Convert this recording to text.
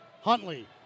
Huntley